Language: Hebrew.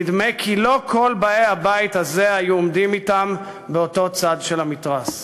נדמה כי לא כל באי הבית הזה היו עומדים אתם באותו צד של המתרס.